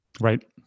Right